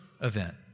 event